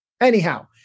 Anyhow